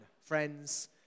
friends